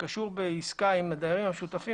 שקשור בעסקה עם הדיירים המשותפים,